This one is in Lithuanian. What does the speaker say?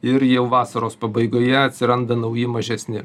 ir jau vasaros pabaigoje atsiranda nauji mažesni